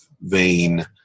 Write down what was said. vein